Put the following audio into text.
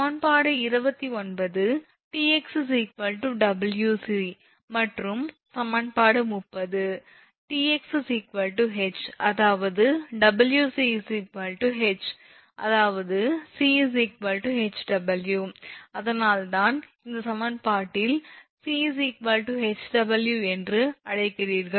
சமன்பாடு 29 𝑇𝑥 𝑊𝑐 மற்றும் சமன்பாடு 30 𝑇𝑥 𝐻 அதாவது 𝑊𝑐 𝐻 அதாவது 𝑐 𝐻𝑊 அதனால்தான் இந்த சமன்பாட்டில் 𝑐 𝐻𝑊 என்று எழுதுகிறீர்கள்